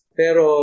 pero